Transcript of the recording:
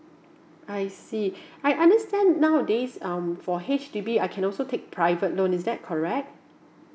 I see I understand nowadays um for H_D_B I can also take private loan is that correct